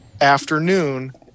afternoon